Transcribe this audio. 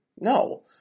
no